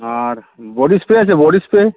আর body spray আছে body spray